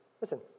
Listen